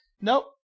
Nope